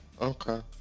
Okay